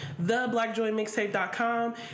theblackjoymixtape.com